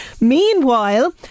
Meanwhile